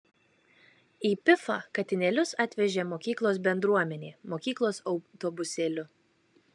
į pifą katinėlius atvežė mokyklos bendruomenė mokyklos autobusėliu